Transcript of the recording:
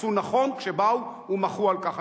עשו נכון כשבאו ומחו על כך.